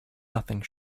nothing